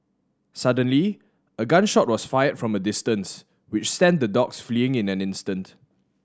suddenly a gun shot was fired from a distance which sent the dogs fleeing in an instant